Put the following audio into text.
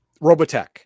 Robotech